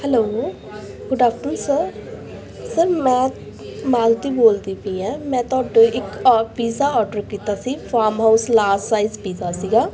hello good afternoon sir sir ਮੈਂ ਮਾਲਤੀ ਬੋਲਦੀ ਪਈ ਹਾਂ ਮੈਂ ਤੁਹਾਡੇ ਇੱਕ ਔ ਪੀਜ਼ਾ ਆਰਡਰ ਕੀਤਾ ਸੀ farmhouse large size pizza ਸੀਗਾ